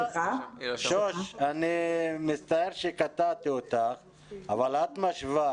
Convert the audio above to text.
שוש, אני מצטער שקטעתי אותך אבל את משווה